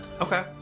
Okay